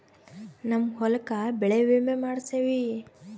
ನಮ್ ಹೊಲಕ ಬೆಳೆ ವಿಮೆ ಮಾಡ್ಸೇವಿ